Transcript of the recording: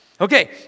Okay